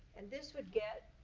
and this would get,